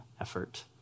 effort